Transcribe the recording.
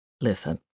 listen